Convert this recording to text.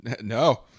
No